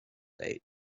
day